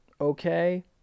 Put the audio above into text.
okay